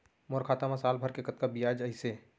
मोर खाता मा साल भर के कतका बियाज अइसे?